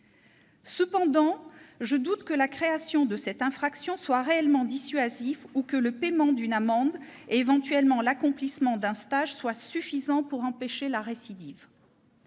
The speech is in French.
Cependant, je doute que la création de cette infraction soit réellement dissuasive ou que le paiement d'une amende et, éventuellement, l'accomplissement d'un stage soient suffisants pour empêcher la récidive.